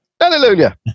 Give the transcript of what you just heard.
Hallelujah